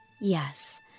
Yes